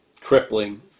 crippling